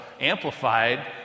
amplified